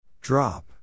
Drop